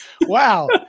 Wow